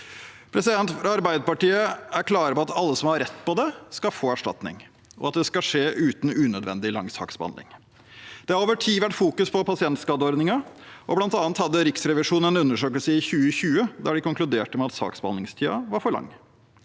respektive syn. Arbeiderpartiet er klar på at alle som har rett på det, skal få erstatning, og at det skal skje uten unødvendig lang saksbehandling. Over tid har pasientskadeordningen vært i fokus. Blant annet hadde Riksrevisjonen en undersøkelse i 2020 der de konkluderte med at saksbehandlingstiden var for lang.